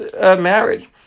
marriage